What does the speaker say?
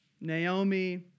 Naomi